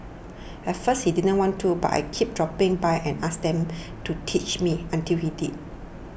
at first he didn't want to but I kept dropping by and asking him to teach me until he did